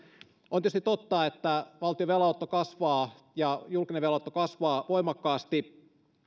on tietysti totta että valtion velanotto kasvaa ja julkinen velanotto kasvaa voimakkaasti